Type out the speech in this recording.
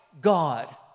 God